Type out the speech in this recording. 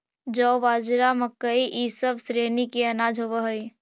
जौ, बाजरा, मकई इसब ई श्रेणी के अनाज होब हई